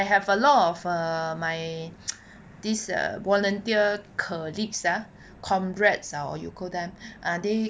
I have a lot of err my this err volunteer colleagues ah comrades ah or you call them uh they